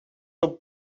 son